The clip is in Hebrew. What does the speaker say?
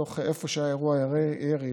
איפה שהיה אירוע הירי,